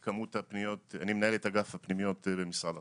אני מנהל את אגף הפנימיות במשרד החינוך.